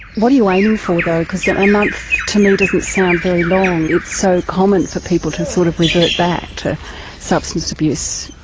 what are you aiming for though? because so a month to me doesn't sound very long. it's so common for people to sort of revert back to substance abuse.